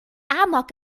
amok